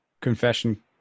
confession